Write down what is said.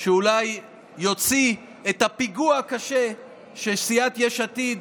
שאולי יוציא את הפיגוע הקשה של סיעת יש עתיד,